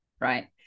right